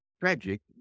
tragic